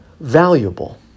valuable